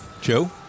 Joe